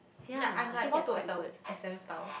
yea I am like more towards the S_M style